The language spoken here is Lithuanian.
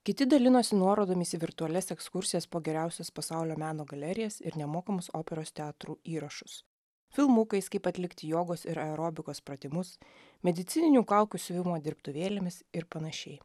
kiti dalinosi nuorodomis į virtualias ekskursijas po geriausias pasaulio meno galerijas ir nemokamus operos teatrų įrašus filmukais kaip atlikti jogos ir aerobikos pratimus medicininių kaukių siuvimo dirbtuvėlėmis ir panašiai